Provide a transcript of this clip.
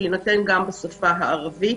שיינתן גם בשפה הערבית.